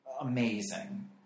Amazing